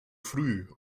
früh